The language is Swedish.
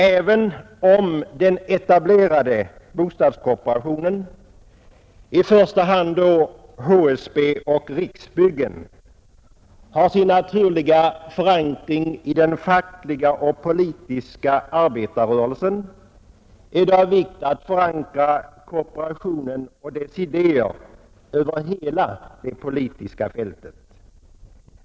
Även om den etablerade bostadskooperationen — i första hand HSB och Riksbyggen — har sin naturliga förankring i den fackliga och politiska arbetarrörelsen, är det av vikt att förankra kooperationen och dess idéer över hela det politiska fältet.